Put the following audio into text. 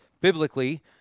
biblically